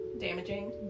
damaging